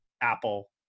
Apple